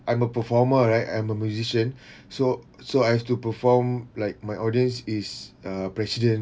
I'm a performer right I'm a musician so so I've to perform like my audience is uh president